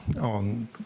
on